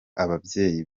ababyeyi